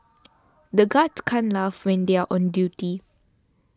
the guards can't laugh when they are on duty